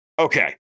okay